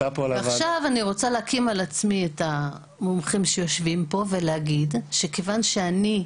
אני אקים את המומחים שיושבים פה ואגיד שכיוון שאני,